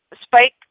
Spike